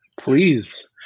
Please